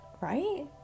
right